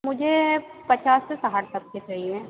मुझे पचास से साठ डब्बे चाहिए